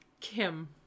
Kim